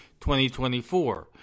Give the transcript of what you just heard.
2024